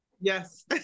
Yes